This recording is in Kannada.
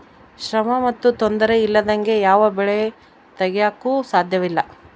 ಶ್ರಮ ಮತ್ತು ತೊಂದರೆ ಇಲ್ಲದಂಗೆ ಯಾವ ಬೆಳೆ ತೆಗೆಯಾಕೂ ಸಾಧ್ಯಇಲ್ಲ